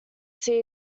see